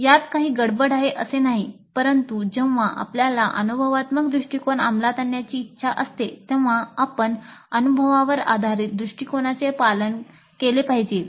यात काही गडबड आहे असे नाही परंतु जेव्हा आपल्याला अनुभवात्मक दृष्टिकोन अंमलात आणण्याची इच्छा असते तेव्हा आपण अनुभवावर आधारित दृष्टिकोनाचे पालन केले पाहिजे